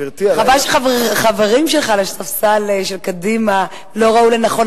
חבל שחברים שלך לספסל של קדימה לא ראו לנכון